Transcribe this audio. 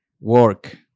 Work